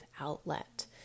outlet